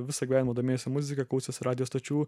visą gyvenimą domėjosi muzika klausėsi radijo stočių